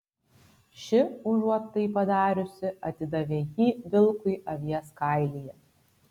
ši užuot tai padariusi atidavė jį vilkui avies kailyje